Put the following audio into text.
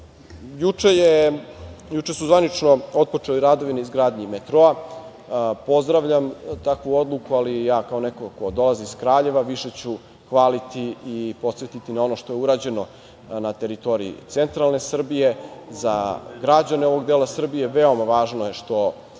su zvanično otpočeli radovi na izgradnji metroa. Pozdravljam takvu odluku, ali ja kao neko ko dolazi iz Kraljeva više ću hvaliti i podsetiti na ono što je urađeno na teritoriji centralne Srbije. Za građane ovog dela Srbije veoma važno je što